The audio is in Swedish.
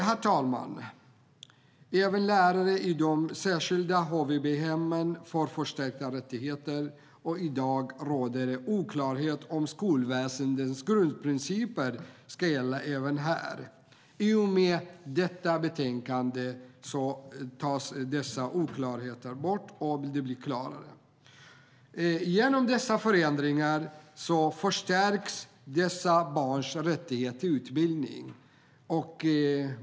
Herr talman! Även lärare i de särskilda HVB-hemmen får förstärkta rättigheter. I dag råder det oklarhet om skolväsendets grundprinciper också ska gälla HVB-hem. I och med detta betänkande tas oklarheterna bort och det blir tydligare. Genom förändringarna förstärks dessa barns rätt till utbildning.